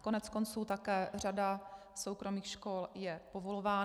Koneckonců také řada soukromých škol je povolována.